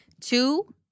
Two